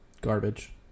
Garbage